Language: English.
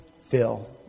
fill